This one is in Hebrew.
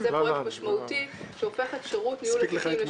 שהוא פרויקט משמעותי שהופך את שירות ניהול התיקים לשירות